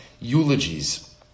eulogies